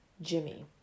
Jimmy